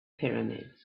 pyramids